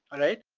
alright?